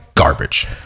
garbage